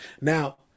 Now